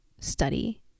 study